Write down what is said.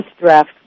draft